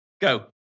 Go